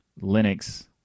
Linux